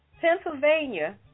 Pennsylvania